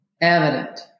evident